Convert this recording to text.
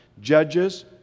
judges